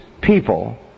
people